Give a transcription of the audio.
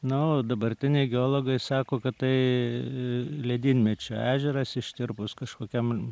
na o dabartiniai geologai sako kad tai ledynmečio ežeras ištirpus kažkokiam